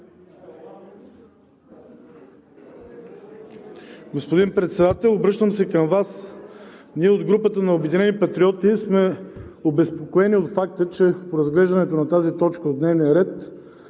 Господин Председател, обръщам се към Вас. Ние от групата на „Обединени патриоти“ сме обезпокоени от факта, че по разглеждането на тази точка от дневния ред